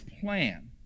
plan